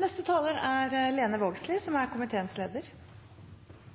Vald og overgrep – partnardrap – er alvorleg kriminalitet, og det er